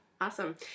awesome